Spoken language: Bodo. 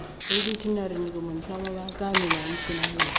बै भेटेनारिनिखौ मोनफ्लाङाब्ला गामिनानो थुना होयो